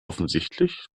offensichtlich